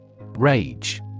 Rage